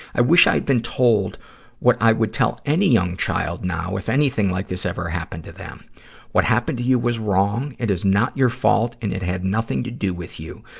i wished i'd been told what i would tell any young child now if anything like this ever happened to them what happened to you was wrong. it is not your fault, and it had nothing to do with you.